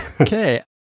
Okay